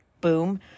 boom